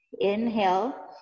Inhale